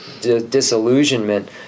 disillusionment